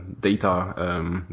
data